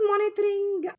monitoring